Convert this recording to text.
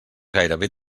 gairebé